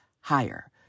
higher